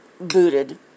booted